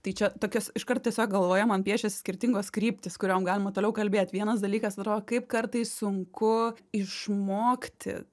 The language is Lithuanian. tai čia tokios iškart tiesiog galvoje man piešias skirtingos kryptys kuriom galima toliau kalbėt vienas dalykas atrodo kaip kartais sunku išmokti